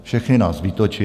Všechny nás vytočil.